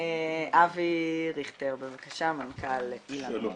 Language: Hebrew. אבי ריכטר, מנכ"ל אילנות,